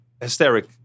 hysteric